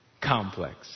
complex